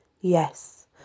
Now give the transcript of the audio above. Yes